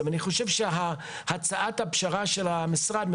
אז אני חושב שהצעת הפשרה של המשרד,